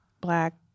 black